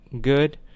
good